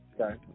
okay